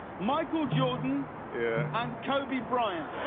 michael jordan and kobe brighten.